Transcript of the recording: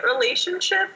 relationship